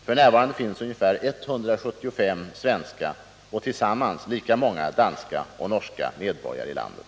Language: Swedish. F. n. finns ungefär 175 svenska och tillsammans lika många danska och norska medborgare i landet.